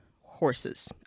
horses